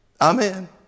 Amen